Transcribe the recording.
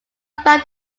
found